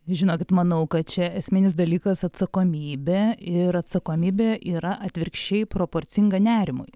žinokit manau kad čia esminis dalykas atsakomybė ir atsakomybė yra atvirkščiai proporcinga nerimui